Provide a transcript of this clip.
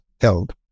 held